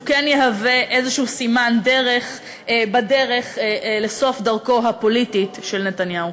שהוא כן יהיה איזה סימן דרך בדרך לסוף דרכו הפוליטית של נתניהו.